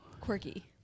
quirky